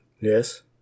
Yes